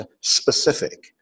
specific